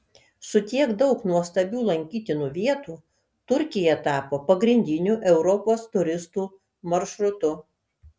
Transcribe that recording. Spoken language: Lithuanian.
su tiek daug nuostabių lankytinų vietų turkija tapo pagrindiniu europos turistų maršrutu